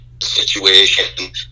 situation